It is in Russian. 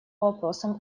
вопросам